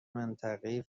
منطقهای